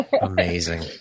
Amazing